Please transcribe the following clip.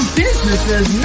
businesses